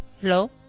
Hello